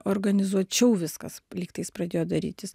organizuočiau viskas lyg tais pradėjo darytis